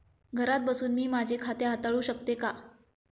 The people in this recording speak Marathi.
घरात बसून मी माझे खाते हाताळू शकते का?